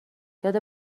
یاد